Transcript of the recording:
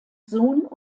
sohn